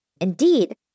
Indeed